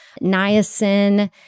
niacin